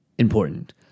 important